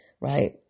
right